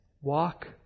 walk